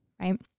right